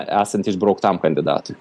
esant išbrauktam kandidatui